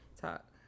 Talk